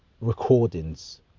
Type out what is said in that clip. Recordings